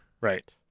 Right